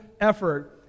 effort